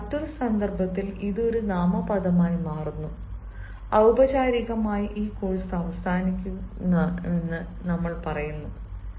അതിനാൽ മറ്റൊരു സന്ദർഭത്തിൽ ഇത് ഒരു നാമപദമായി മാറുന്നു ഔപചാരികമായി ഈ കോഴ്സ് അവസാനിക്കുമെന്ന് നമ്മൾ പറയുന്നു